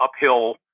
uphill